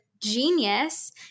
genius